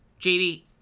JD